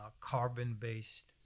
carbon-based